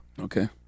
Okay